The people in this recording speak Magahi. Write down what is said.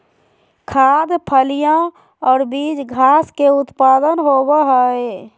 खाद्य, फलियां और बीज घास के उत्पाद होबो हइ